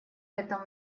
этом